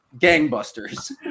gangbusters